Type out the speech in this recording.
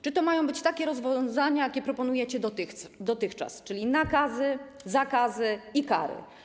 Czy to mają być takie rozwiązania, jakie proponujecie dotychczas, czyli nakazy, zakazy i kary?